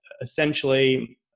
essentially